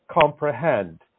comprehend